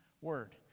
word